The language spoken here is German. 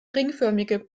ringförmige